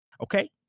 okay